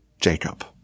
Jacob